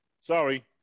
sorry